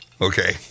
Okay